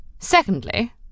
Secondly